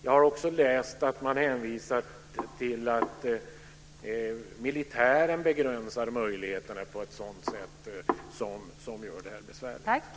Jag har också läst att man hänvisar till att militären begränsar möjligheterna på ett sätt som gör det här besvärligt.